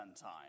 time